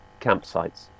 campsites